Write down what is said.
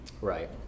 Right